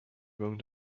going